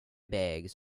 bags